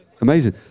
Amazing